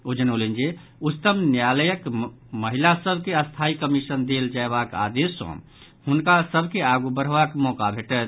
ओ जनौलनि जे उच्चतम न्यायालयक महिला सभ के स्थायी कमीशन देल जयबाक आदेश सॅ हुनका सभ के आगू बढ़बाक मौका भेटत